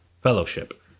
fellowship